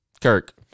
Kirk